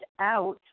out